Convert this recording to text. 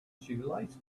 shoelaces